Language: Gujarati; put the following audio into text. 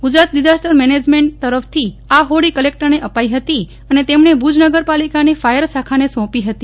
ગુજરાત ડિઝાસ્ટર મેનેજમેન્ટ તરફથી આ ફોડી કલેકટરને અપાઇ ફતી અને તેમણે ભુજ નગરપાલિકાની ફાયર શાખાને સોંપી ફતી